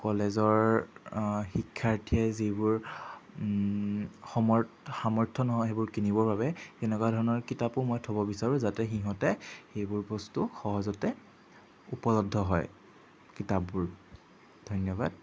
কলেজৰ শিক্ষাৰ্থীয়ে যিবোৰ সমৰ সামৰ্থ নহয় সেইবোৰ কিনিবৰ বাবে তেনেকুৱা ধৰণৰ কিতাপো মই থ'ব বিচাৰোঁ যাতে সিহঁতে সেইবোৰ বস্তু সহজতে উপলব্ধ হয় কিতাপবোৰ ধন্যবাদ